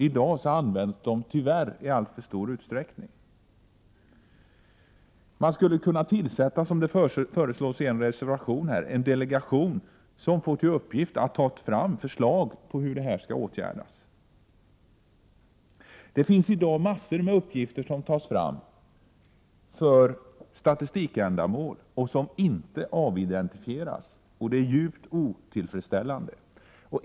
I dag används personnumren tyvärr i alltför stor utsträckning. Man skulle kunna tillsätta en delegation, som får i uppgift att ta fram förslag på hur detta skall åtgärdas, vilket föreslås i en reservation. I dag tas en mängd uppgifter fram för statistikändamål. Men de avidentifieras inte, vilket är djupt otillfredsställande.